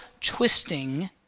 twisting